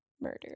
murdered